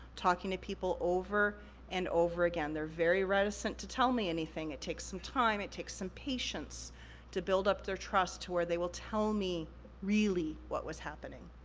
talking to people over and over again. they're very reticent to tell me anything, it takes some time, it takes some patience to build up their trust to where they will tell me really what was happening.